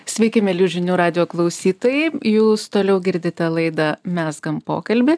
sveiki mieli žinių radijo klausytojai jūs toliau girdite laidą mezgam pokalbį